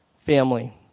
family